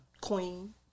Queen